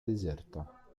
deserta